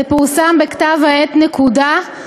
זה פורסם בכתב העת "נקודה",